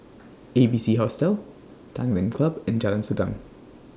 A B C Hostel Tanglin Club and Jalan Segam